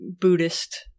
Buddhist